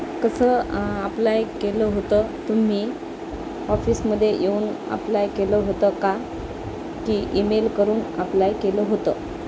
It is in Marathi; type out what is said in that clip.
कसं अप्लाय केलं होतं तुम्ही ऑफिसमध्ये येऊन अप्लाय केलं होतं का की ईमेल करून अप्लाय केलं होतं